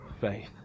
faith